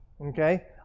Okay